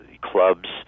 clubs